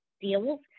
deals